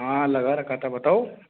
हाँ लगा रखा था बताओ